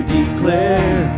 declare